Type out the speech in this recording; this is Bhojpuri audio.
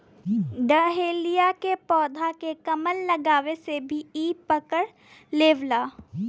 डहेलिया के पौधा के कलम लगवले से भी इ पकड़ लेवला